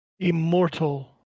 Immortal